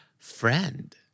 Friend